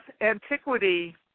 antiquity